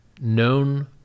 known